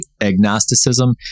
agnosticism